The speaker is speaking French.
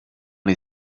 les